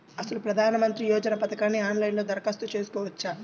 అసలు ప్రధాన మంత్రి యోజన పథకానికి ఆన్లైన్లో దరఖాస్తు చేసుకోవచ్చా?